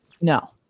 No